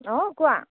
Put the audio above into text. অঁ কোৱা